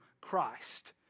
Christ